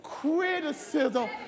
criticism